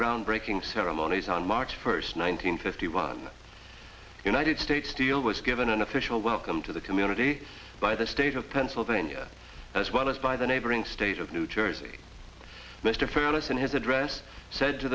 groundbreaking ceremonies on march first one hundred fifty one united states steel was given an official welcome to the community by the state of pennsylvania as well as by the neighboring state of new jersey mr felos in his address said to